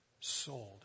Sold